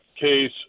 case